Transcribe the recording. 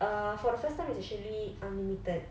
uh for the first time it's actually unlimited